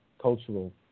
cultural